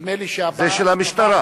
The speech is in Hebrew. נדמה לי, זה של המשטרה.